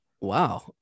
Wow